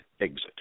exit